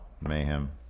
Mayhem